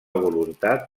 voluntat